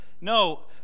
no